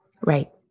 Right